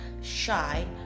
shy